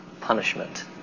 punishment